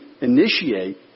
initiate